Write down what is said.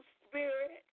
spirit